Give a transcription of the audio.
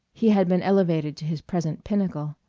he had been elevated to his present pinnacle.